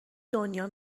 دنیا